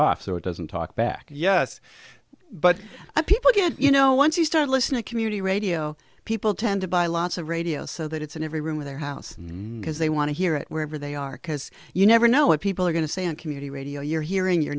off so it doesn't talk back yes but people get you know once you start listening community radio people tend to buy lots of radio so that it's in every room with their house because they want to hear it wherever they are because you never know what people are going to say and community radio you're hearing your